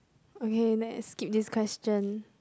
okay next skip this question